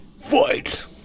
fight